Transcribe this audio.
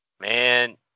man